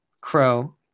Crow